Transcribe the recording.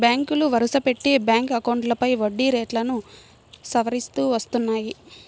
బ్యాంకులు వరుసపెట్టి బ్యాంక్ అకౌంట్లపై వడ్డీ రేట్లను సవరిస్తూ వస్తున్నాయి